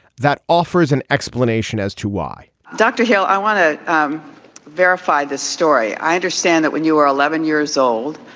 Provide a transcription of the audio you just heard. that offers an explanation as to why dr. hill, i want to um verify this story. i understand that when you were eleven years old,